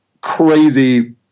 crazy